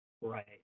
Right